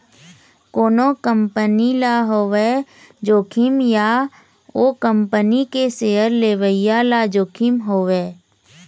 कोनो कंपनी ल होवय जोखिम या ओ कंपनी के सेयर लेवइया ल जोखिम होवय